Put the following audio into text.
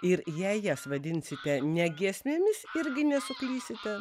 ir jei jas vadinsite ne giesmėmis irgi nesuklysite